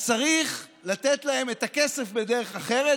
אז צריך לתת להם את הכסף בדרך אחרת